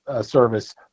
Service